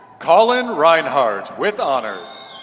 collin rinehar, with honors